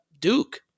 duke